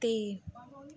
ਅਤੇ